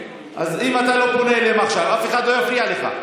אז אם אתה לא פונה אליהם עכשיו אף אחד לא יפריע לך.